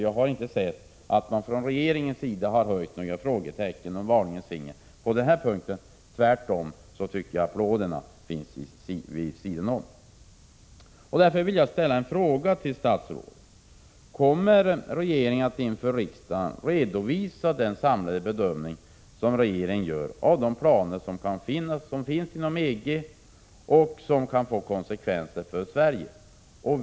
Jag har inte sett att man från regeringens sida skulle ha rest några frågor eller varningens finger på denna punkt. Tvärtom tycker jag att applåderna finns vid sidan om. Jag vill ställa några frågor till statsrådet Gradin: Kommer regeringen inför riksdagen att redovisa den samfällda bedömning som regeringen gör av de planer som kan finnas eller finns inom EG och som kan få konsekvenser för Sverige?